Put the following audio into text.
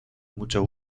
mucho